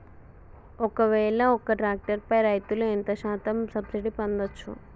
ఒక్కవేల ఒక్క ట్రాక్టర్ పై రైతులు ఎంత శాతం సబ్సిడీ పొందచ్చు?